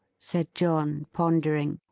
said john, pondering.